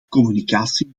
communicatie